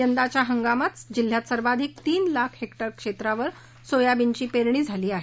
यंदाच्या हंगामात जिल्ह्यात सर्वाधिक तीन लाख हेक्टर क्षेत्रावर सोयाबीनची पेरणी झाली आहे